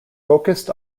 focused